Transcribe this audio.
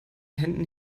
händen